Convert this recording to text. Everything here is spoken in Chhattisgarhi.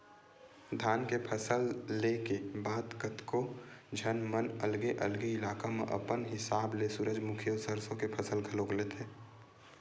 धान के फसल ले के बाद कतको झन मन अलगे अलगे इलाका मन म अपन हिसाब ले सूरजमुखी अउ सरसो के फसल घलोक लेथे